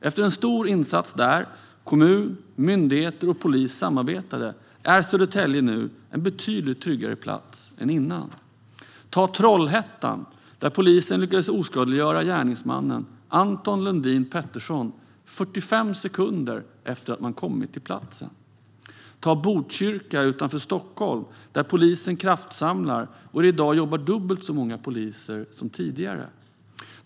Efter en stor insats där kommun, myndigheter och polis samarbetade är Södertälje nu en betydligt tryggare plats än tidigare. Ta Trollhättan, där polisen lyckades oskadliggöra gärningsmannen Anton Lundin Pettersson 45 sekunder efter att man kommit till platsen. Ta Botkyrka utanför Stockholm, där polisen kraftsamlar och där det i dag jobbar dubbelt så många poliser som tidigare.